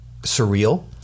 surreal